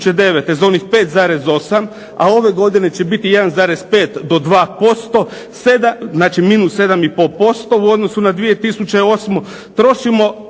za onih 5,8 a ove godine će biti 1,5 do 2%, znači -7,5% u odnosu na 2008.